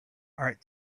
art